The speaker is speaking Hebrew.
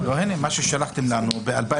מה ששלחתם לנו, ב-2020